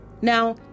Now